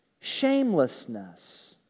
Shamelessness